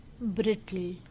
brittle